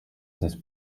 this